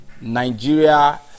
Nigeria